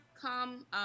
come